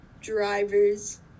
drivers